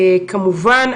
כמובן,